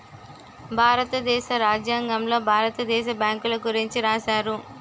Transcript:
భారతదేశ రాజ్యాంగంలో భారత దేశ బ్యాంకుల గురించి రాశారు